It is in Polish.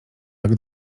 jak